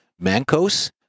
Mancos